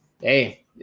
Hey